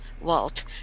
Walt